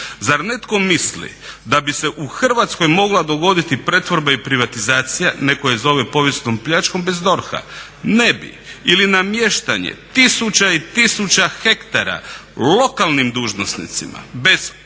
Zar netko mislim da bi se u Hrvatskoj mogla dogoditi pretvorba i privatizacija, neko je zove povijesnom pljačkom bez DORH-a? Ne bi. Ili namještanje tisuća i tisuća hektara lokalnim dužnosnicima bez